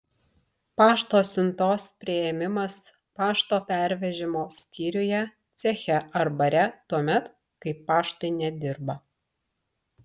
pašto siuntos priėmimas pašto pervežimo skyriuje ceche ar bare tuomet kai paštai nedirba